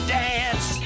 dance